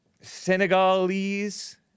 Senegalese